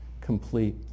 complete